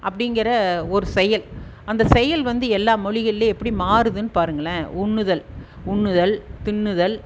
அப்படிங்கிற ஒரு செயல் அந்த செயல் வந்து எல்லா மொழிகள்லேயும் எப்படி மாறுதுன்னு பாருங்களேன் உண்ணுதல் உண்ணுதல் தின்னுதல்